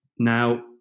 Now